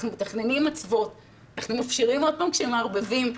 אנחנו מתכננים --- אנחנו מפשירים עוד פעם כשמערבבים,